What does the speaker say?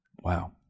Wow